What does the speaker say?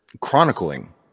chronicling